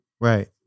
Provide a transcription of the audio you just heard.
Right